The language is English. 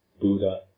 Buddha